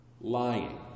Lying